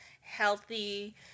healthy